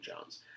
Jones